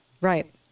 Right